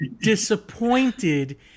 disappointed